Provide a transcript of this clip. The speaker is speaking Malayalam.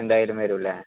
എന്തായാലും വരൂല്ലേ